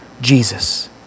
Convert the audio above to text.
Jesus